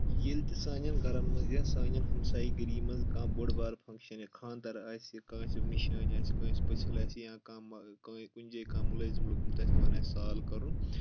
ییٚلہِ تہِ سانؠن گَرَن منٛز یا سانؠن ہمساے گٔرِی منٛز کانٛہہ بوٚڑ بار فَنٛگشَن یا خانٛدر آسہِ کٲنٛسہِ نِشٲن آسہِ کٲنٛسہِ پٔژھِل آسہِ یا کانٛہہ کُنہِ جایہِ کانٛہہ مُلٲزِم لوٚگمُت آسہِ تِمَن آسہِ سال کَرُن